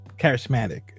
charismatic